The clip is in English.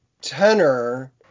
tenor